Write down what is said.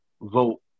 vote